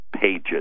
pages